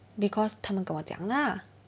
because 他们跟我讲 lah